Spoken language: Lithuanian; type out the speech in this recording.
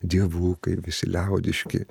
dievukai visi liaudiški